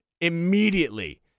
immediately